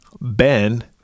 Ben